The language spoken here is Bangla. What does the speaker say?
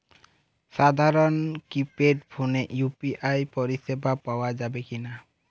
সাধারণ কিপেড ফোনে ইউ.পি.আই পরিসেবা পাওয়া যাবে কিনা?